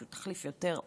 שהוא תחליף יותר הומני,